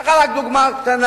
אתן לך רק דוגמה קטנה.